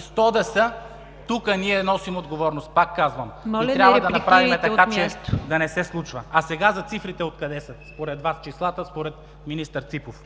сто да са, тук ние носим отговорност, пак казвам, и трябва да направим така че да не се случва. А сега за цифрите – откъде са? Според Вас числата, според министър Ципов…